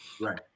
Right